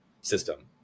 system